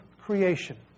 creation